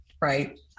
right